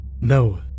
No